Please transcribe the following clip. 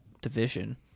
division